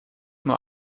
nur